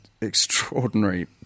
extraordinary